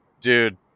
dude